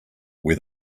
where